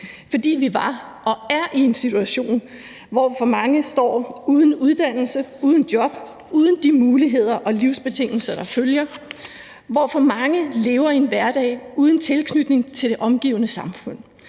fordi vi var og er i en situation, hvor for mange står uden uddannelse, uden job, uden de muligheder og livsbetingelser, der følger, hvor for mange lever i en hverdag uden tilknytning til det omgivende samfund,